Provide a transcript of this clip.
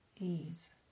ease